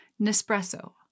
nespresso